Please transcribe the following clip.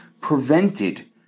prevented